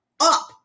up